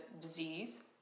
disease